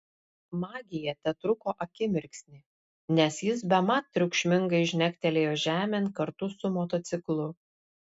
magija tetruko akimirksnį nes jis bemat triukšmingai žnektelėjo žemėn kartu su motociklu